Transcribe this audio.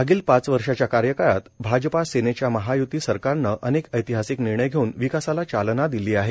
मागील पाच वर्षांच्या कार्यकाळात भाजपा सेनेच्या महायुती सरकारन अनेक ऐतिहासिक निर्णय घेऊन विकासाला चालना दिली आहे